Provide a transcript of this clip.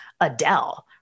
Adele